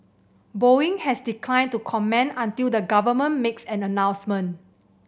Boeing has declined to comment until the government makes an announcement